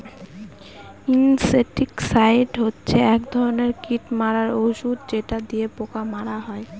insecticide হচ্ছে এক ধরনের কীট মারার ঔষধ যেটা দিয়ে পোকা মারা হয়